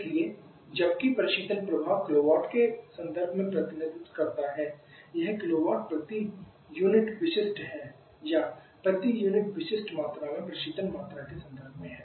इसलिए जबकि प्रशीतन प्रभाव किलोवाट के संदर्भ में प्रतिनिधित्व करता है यह किलोवाट प्रति यूनिट विशिष्ट है या प्रति यूनिट विशिष्ट मात्रा में प्रशीतन मात्रा के संदर्भ में है